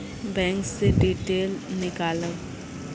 Bank से detail नीकालव?